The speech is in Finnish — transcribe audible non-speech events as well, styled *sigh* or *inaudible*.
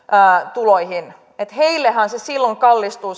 tuloihin heillehän se liittojen jäsenyys silloin kallistuu *unintelligible*